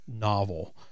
novel